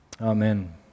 Amen